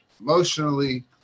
emotionally